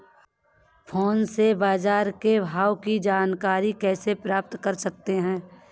Phone से बाजार के भाव की जानकारी कैसे प्राप्त कर सकते हैं?